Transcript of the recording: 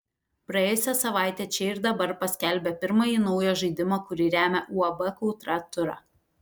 praėjusią savaitę čia ir dabar paskelbė pirmąjį naujo žaidimo kurį remia uab kautra turą